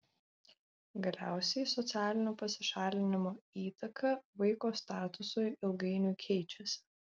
galiausiai socialinio pasišalinimo įtaka vaiko statusui ilgainiui keičiasi